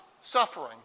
suffering